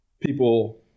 people